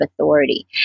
authority